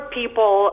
people